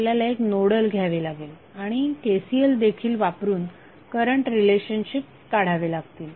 आपल्याला एक नोडल घ्यावे लागेल आणि KCL देखील वापरून करंट रिलेशनशिप्स काढावे लागतील